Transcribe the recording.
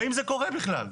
והאם זה קורה בכלל.